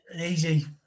easy